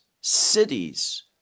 cities